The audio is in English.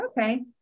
Okay